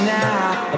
now